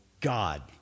God